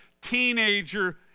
teenager